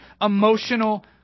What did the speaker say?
emotional